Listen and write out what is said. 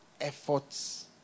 efforts